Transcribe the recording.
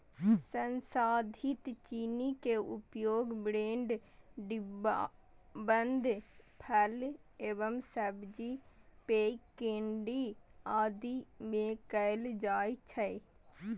संसाधित चीनी के उपयोग ब्रेड, डिब्बाबंद फल एवं सब्जी, पेय, केंडी आदि मे कैल जाइ छै